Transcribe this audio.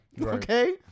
Okay